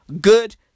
good